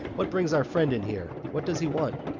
what brings our friend in here? what does he want?